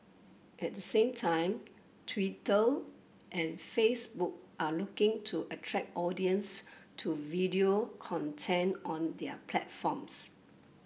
at the same time Twitter and Facebook are looking to attract audience to video content on their platforms